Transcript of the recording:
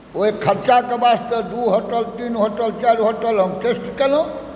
ओहि खर्चाके वास्ते दू होटल तीन होटल चारि होटल हम टेस्ट केलहुँ